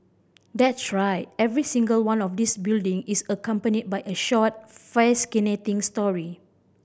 that's right every single one of these building is accompanied by a short fascinating story